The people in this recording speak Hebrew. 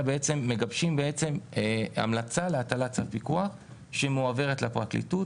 מגבשים המלצה להטלת צו פיקוח שעוברת לפרקליטות.